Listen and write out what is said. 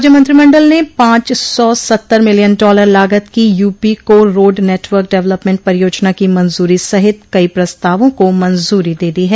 राज्य मंत्रिमंडल ने पांच सौ सत्तर मिलियन डॉलर लागत की UP core road network development परियोजना की मंजूरी सहित कई प्रस्तावों को मंजूरी दे दी है